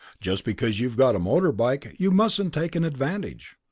just because you've got a motor bike you mustn't take an advantage!